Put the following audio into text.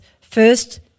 first